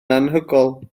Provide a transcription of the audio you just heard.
anhygoel